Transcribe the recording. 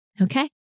Okay